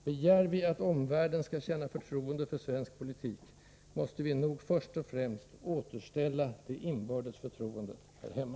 Begär vi att omvärlden skall känna förtroende för svensk politik, måste vi nog först och främst återställa det inbördes förtroendet här hemma.